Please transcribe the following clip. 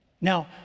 Now